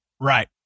Right